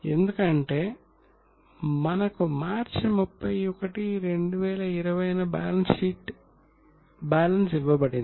ఎందుకంటే మనకు మార్చి 31 2020 న బ్యాలెన్స్ ఇవ్వబడింది